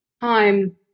time